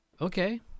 Okay